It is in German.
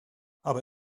aber